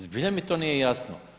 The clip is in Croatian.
Zbilja mi to nije jasno.